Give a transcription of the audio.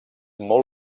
molt